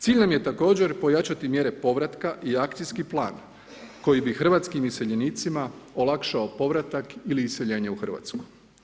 Cilj nam je također pojačati mjere povratka i akcijski plan koji bi hrvatskim iseljenicima olakšao povratak ili iseljenje u Hrvatsku.